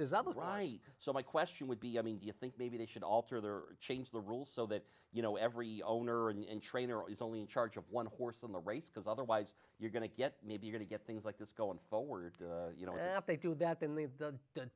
is that the right so my question would be i mean do you think maybe they should alter their change the rules so that you know every owner and trainer is only in charge of one horse in the race because otherwise you're going to get maybe going to get things like this going forward you know they do that in the